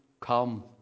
come